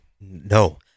No